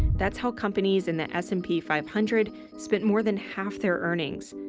that's how companies in the s and p five hundred spent more than half their earnings.